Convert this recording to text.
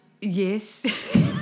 Yes